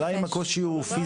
השאלה אם הקושי הוא פיזי?